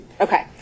Okay